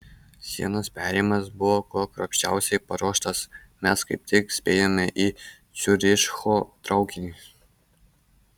sienos perėjimas buvo kuo kruopščiausiai paruoštas mes kaip tik spėjome į ciuricho traukinį